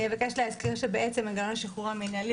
אני אבקש להזכיר שמנגנון השחרור המינהלי